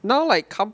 now like comp~